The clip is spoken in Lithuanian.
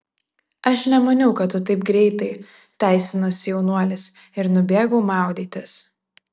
aš nemaniau kad tu taip greitai teisinosi jaunuolis ir nubėgau maudytis